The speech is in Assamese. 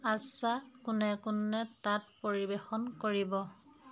আচ্ছা কোনে কোনে তাত পৰিৱেশন কৰিব